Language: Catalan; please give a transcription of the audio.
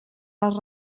les